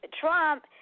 Trump